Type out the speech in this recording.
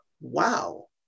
wow